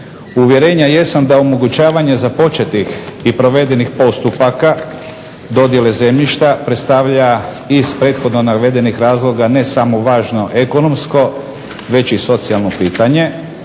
Uvjerenja jesam da omogućavanje započetih i provedenih postupaka dodjele zemljišta predstavlja iz prethodno navedenih razloga ne samo važno ekonomsko već i socijalno pitanje.